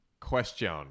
question